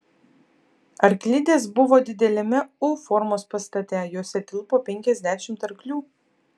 arklidės buvo dideliame u formos pastate jose tilpo penkiasdešimt arklių